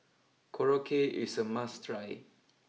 Korokke is a must try